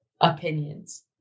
opinions